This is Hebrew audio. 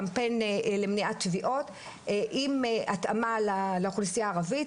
קמפיין למניעת טביעות עם התאמה לאוכלוסייה הערבית,